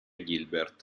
gilbert